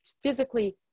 physically